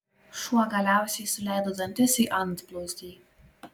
šuo galiausiai suleido dantis į antblauzdį